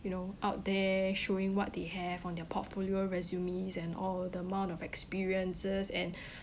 you know out there showing what they have on their portfolio resumes and all the amount of experiences and